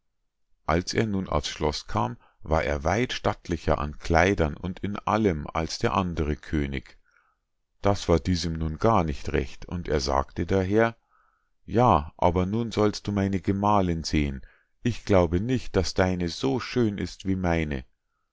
als er nun auf's schloß kam war er weit stattlicher an kleidern und in allem als der andre könig das war diesem nun gar nicht recht und er sagte daher ja aber nun sollst du meine gemahlinn sehen ich glaube nicht daß deine so schön ist wie meine